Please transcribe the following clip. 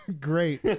great